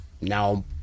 now